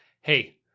hey